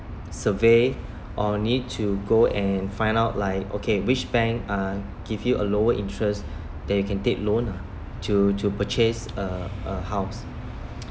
survey or need to go and find out like okay which bank uh give you a lower interest that you can take loan ah to to purchase a a house